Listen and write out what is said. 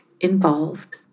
involved